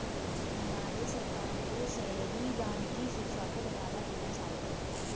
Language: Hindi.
हमारे सरकार को शहरी वानिकी शिक्षा को बढ़ावा देना चाहिए